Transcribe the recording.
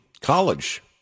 college